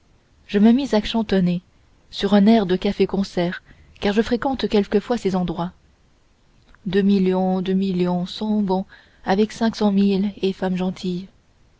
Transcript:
je me mis à chantonner sur un air de café-concert car je fréquente quelquefois ces endroits là deux millions deux millions sont bons avec cinq cent mille et femme gentille